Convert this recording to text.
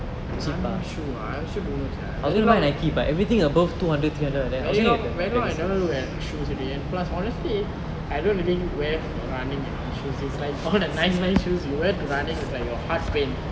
running shoe I also don't know sia very long very long I never look at shoes already and plus honestly I don't really wear for running you know shoes is like all the nice nice shoes you wear to running is like your heart pain